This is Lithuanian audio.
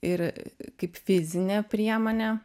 ir kaip fizinė priemonė